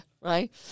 right